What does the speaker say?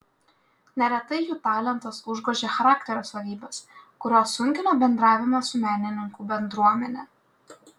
neretai jų talentas užgožė charakterio savybes kurios sunkino bendravimą su menininkų bendruomene